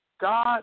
God